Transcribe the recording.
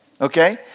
okay